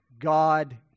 God